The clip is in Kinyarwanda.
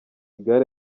gare